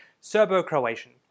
Serbo-Croatian